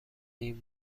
این